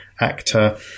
actor